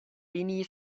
beanie